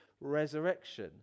resurrection